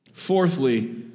Fourthly